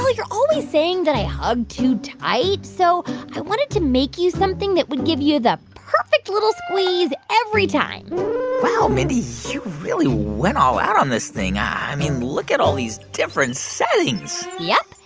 you're always saying that i hug too tight. so i wanted to make you something that would give you the perfect little squeeze every time wow, mindy. you really went all out on this thing. i mean, look at all these different settings yep.